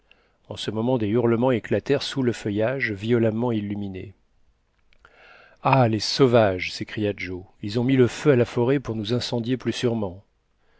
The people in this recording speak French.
en ce moment des hurlements éclatèrent sous le feuillage violemment illuminé ah les sauvages s'écria joe ils ont mis le feu à la forêt pour nous incendier plus sûrement